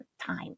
time